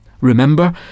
Remember